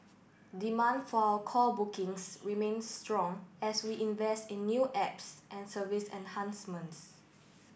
demand for our call bookings remains strong as we invest in new apps and service enhancements